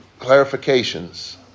clarifications